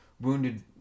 wounded